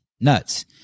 Nuts